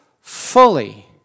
fully